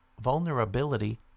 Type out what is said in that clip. vulnerability